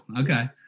Okay